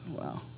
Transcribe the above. Wow